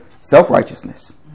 Self-righteousness